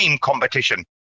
competition